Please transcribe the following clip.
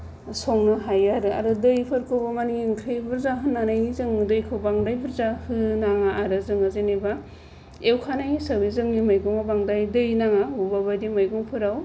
संनो हायो आरो आरो दैफोरखौबो माने ओंख्रि बुरजा होननानै जों दैखौ बांद्राय बुरजा होनाङा आरो जोङो जेनेबा एवखानाय हिसाबै जोंनि मैगंआ बांद्राय दै नाङा बबेबा बायदि मैगंफोराव